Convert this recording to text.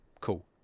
cool